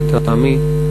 לטעמי,